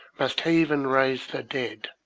must heave and raise the dead,